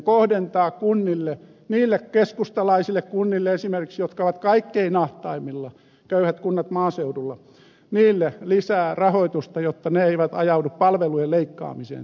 kohdentaa kunnille niille keskustalaisille kunnille esimerkiksi jotka ovat kaikkein ahtaimmalla köyhät kunnat maaseudulla lisää rahoitusta jotta ne eivät ajaudu palvelujen leikkaamiseen